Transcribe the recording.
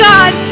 God